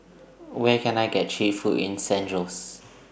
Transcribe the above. Where Can I get Cheap Food in San Jose